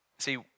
See